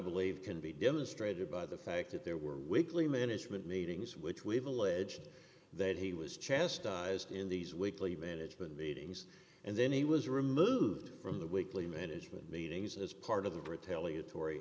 believe can be demonstrated by the fact that there were weekly management meetings which we've alleged that he was chastised in these weekly management meetings and then he was removed from the weekly management meetings as part of the brutali